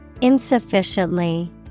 Insufficiently